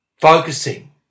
focusing